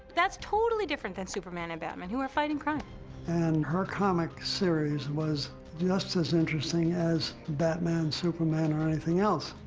that's totally different than superman and batman, who are fighting crime. and her comic series was just as interesting as batman, superman or anything else.